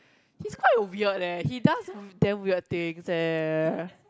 he's quite weird eh he does damn weird things eh